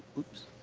oops.